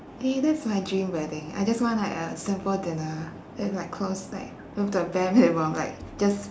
eh that's my dream wedding I just want like a simple dinner with like close like with the bare minimum like just